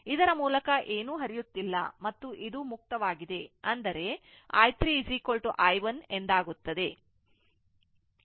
ಇದರ ಮೂಲಕ ಏನೂ ಹರಿಯುತ್ತಿಲ್ಲ ಮತ್ತು ಇದು ಮುಕ್ತವಾಗಿದೆ ಆದ್ದರಿಂದ i 3 i 1 ಎಂದಾಗುತ್ತದೆ